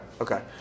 Okay